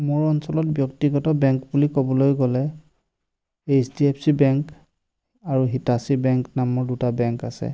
মোৰ অঞ্চলত ব্যক্তিগত বেংক বুলি ক'বলৈ গ'লে H D F C bank আৰু হিটাছী বেংক নামৰ দুটা বেংক আছে